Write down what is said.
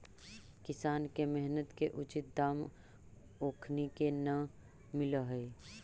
किसान के मेहनत के उचित दाम ओखनी के न मिलऽ हइ